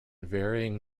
varying